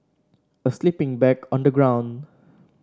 a sleeping bag on the ground